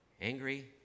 angry